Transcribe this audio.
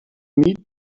need